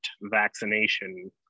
vaccination